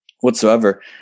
whatsoever